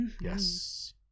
Yes